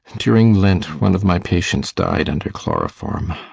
during lent one of my patients died under chloroform.